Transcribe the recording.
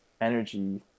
energy